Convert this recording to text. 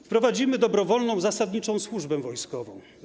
Wprowadzimy dobrowolną zasadniczą służbę wojskową.